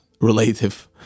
relative